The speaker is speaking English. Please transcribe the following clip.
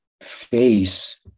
Face